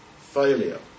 failure